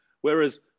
Whereas